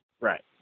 Right